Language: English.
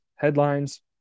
headlines